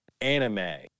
anime